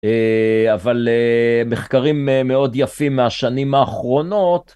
אבל מחקרים מאוד יפים מהשנים האחרונות.